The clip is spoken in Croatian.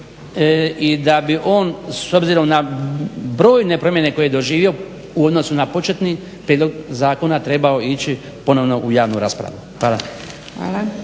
i da bi on s obzirom na brojne promjene koje je doživo u odnosu na početni prijedlog zakona trebao ići ponovno u javnu raspravu. Hvala.